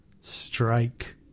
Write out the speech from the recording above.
Strike